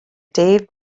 dave